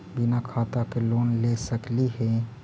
बिना खाता के लोन ले सकली हे?